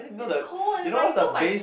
it's cold and then mine you know mine